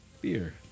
Beer